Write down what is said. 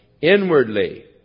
inwardly